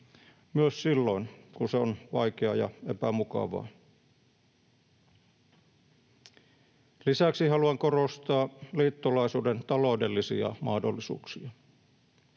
myös silloin, kun se on vaikeaa ja epämukavaa. Lisäksi haluan korostaa liittolaisuuden taloudellisia mahdollisuuksia.